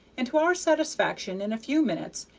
and to our satisfaction, in a few minutes,